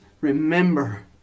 remember